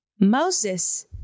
Moses